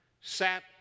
sat